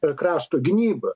ir krašto gynyba